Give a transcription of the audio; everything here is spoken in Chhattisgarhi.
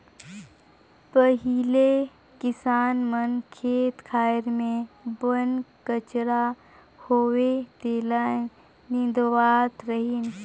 पहिले किसान मन खेत खार मे बन कचरा होवे तेला निंदवावत रिहन